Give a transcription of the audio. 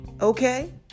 Okay